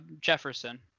Jefferson